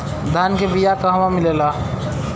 धान के बिया कहवा मिलेला?